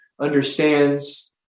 understands